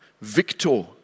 victor